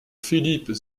philippe